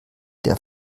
der